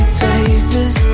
places